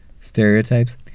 stereotypes